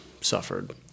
suffered